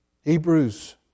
Hebrews